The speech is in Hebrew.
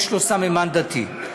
יש לו סממן דתי.